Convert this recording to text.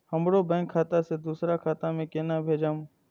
हमरो बैंक खाता से दुसरा खाता में केना भेजम?